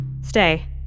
Stay